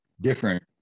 different